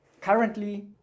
currently